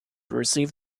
receive